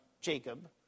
Jacob